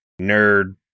nerd